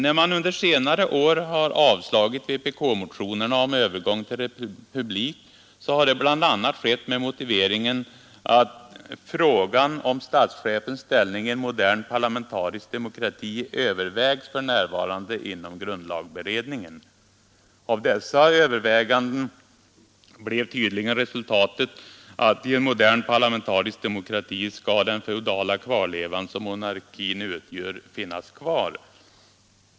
När man under senare år har avslagit vpk-motionerna om övergång till republik har detta bl.a. skett med följande motivering: ”Frågan om statschefens ställning i en modern parlamentarisk demokrati övervägs för närvarande inom grundlagberedningen ———.” Av dessa överväganden blev tydligen resultatet att i ”en modern parlamentarisk demokrati” skall den feodala kvarleva som monarkin utgör finnas kvar.